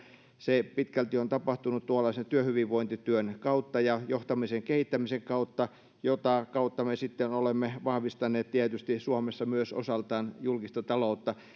se pitkälti on tapahtunut tuollaisen työhyvinvointityön kautta ja johtamisen kehittämisen kautta mitä kautta me sitten olemme vahvistaneet tietysti suomessa myös osaltaan julkista taloutta